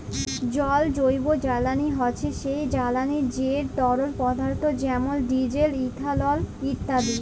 জল জৈবজ্বালানি হছে সেই জ্বালানি যেট তরল পদাথ্থ যেমল ডিজেল, ইথালল ইত্যাদি